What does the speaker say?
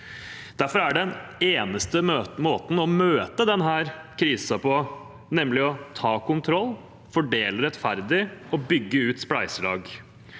Den eneste måten å møte denne krisen på er derfor å ta kontroll, fordele rettferdig og bygge ut spleiselag.